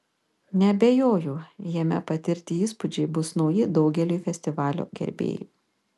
neabejoju jame patirti įspūdžiai bus nauji daugeliui festivalio gerbėjų